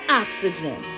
oxygen